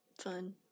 fun